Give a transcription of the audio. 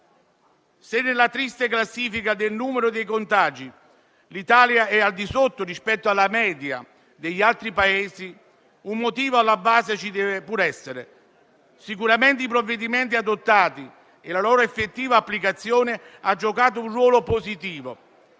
Se nella triste classifica del numero dei contagi l'Italia si colloca al di sotto della media degli altri Paesi, un motivo alla base ci deve pur essere. Sicuramente i provvedimenti adottati e la loro effettiva applicazione hanno giocato un ruolo positivo